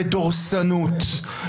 בדורסנות,